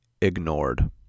ignored